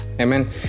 Amen